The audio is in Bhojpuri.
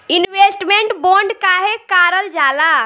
इन्वेस्टमेंट बोंड काहे कारल जाला?